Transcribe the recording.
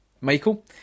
Michael